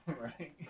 Right